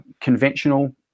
conventional